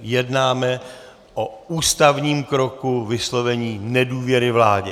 Jednáme o ústavním kroku vyslovení nedůvěry vládě.